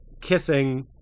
kissing